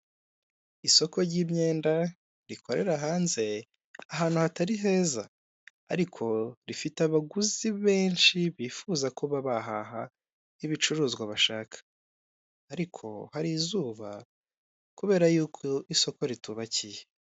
Ikinyabiziga kiri mu bwoko bw'ipikipiki gitwaye amacupa ya gaze akaba ariwe muntu wambaye umupira w'umukara ipantaro y'umukara n'inkweto zifite ibara ry'umukara akaba hari n'undi wambaye ishati y'amaboko magufi bifite ibara ry'umukara ririmo uturonko mu tw'umweru, ipantaro y'umukara ndetse n'inkweto z'umukara n'umweru.